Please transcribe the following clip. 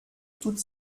toutes